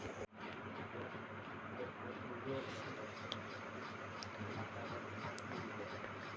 एखाद्या भागातील रस्ते दुरुस्त करण्यासाठी मुनी बाँड पुरेसा आहे का?